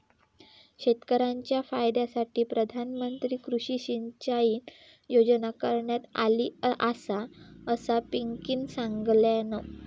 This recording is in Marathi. शेतकऱ्यांच्या फायद्यासाठी प्रधानमंत्री कृषी सिंचाई योजना करण्यात आली आसा, असा पिंकीनं सांगल्यान